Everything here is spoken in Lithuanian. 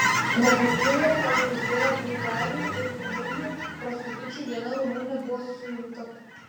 vokietijoje pagausėjo bulgarių ir rumunių prostitučių viena rumunė buvo suimta